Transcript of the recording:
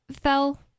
fell